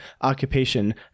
occupation